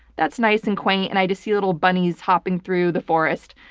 that's nice and quaint and i just see little bunnies hopping through the forest.